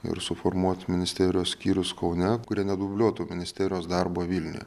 ir suformuot ministerijos skyrius kaune kurie nedubliuotų ministerijos darbo vilniuje